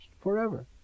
forever